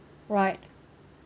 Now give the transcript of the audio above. right